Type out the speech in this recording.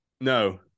No